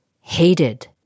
hated